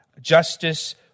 justice